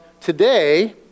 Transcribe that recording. today